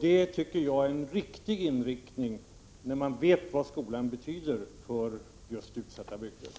Det tycker jag är rätt inriktning, när man vet vad skolan betyder för just dessa utsatta bygder.